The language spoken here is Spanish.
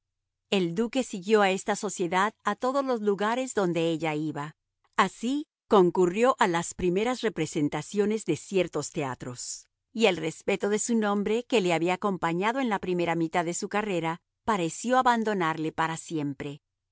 el duque siguió a esta sociedad a todos los lugares donde ella iba así concurrió a las primeras representaciones de ciertos teatros y el respeto de su nombre que le había acompañado en la primera mitad de su carrera pareció abandonarle para siempre